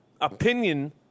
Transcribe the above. Opinion